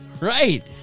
Right